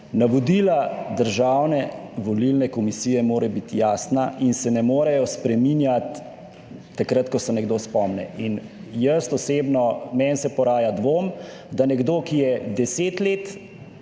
navodila Državne volilne komisije mora biti jasna in se ne morejo spreminjati takrat, ko se nekdo spomni. In jaz osebno, meni se poraja dvom, da nekdo, ki je 10 let